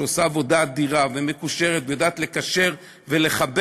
שעושה עבודה אדירה ומקושרת ויודעת לקשר ולחבר,